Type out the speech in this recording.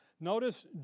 Notice